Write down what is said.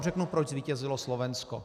Řeknu vám, proč zvítězilo Slovensko.